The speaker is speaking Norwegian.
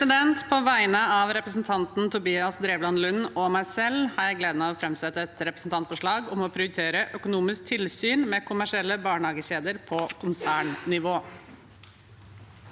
På vegne av repre- sentanten Tobias Drevland Lund og meg selv har jeg gleden av å framsette et representantforslag om å prioritere økonomisk tilsyn med kommersielle barnehagekjeder på konsernnivå.